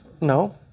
No